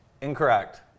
Incorrect